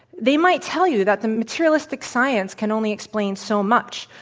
they might tell you that the materialistic science can only explain so much.